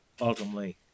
ultimately